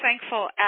thankful